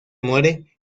muere